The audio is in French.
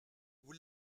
vous